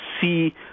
see